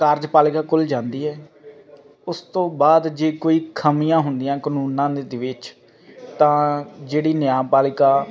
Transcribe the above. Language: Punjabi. ਕਾਰਜ ਪਾਲਿਕਾ ਕੋਲ ਜਾਂਦੀ ਹੈ ਉਸ ਤੋਂ ਬਾਅਦ ਜੇ ਕੋਈ ਖਾਮੀਆਂ ਹੁੰਦੀਆਂ ਕਾਨੂੰਨਾਂ ਦੇ ਵਿੱਚ ਤਾਂ ਜਿਹੜੀ ਨਿਆਂਪਾਲਕਾ